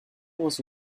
was